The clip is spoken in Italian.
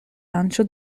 lancio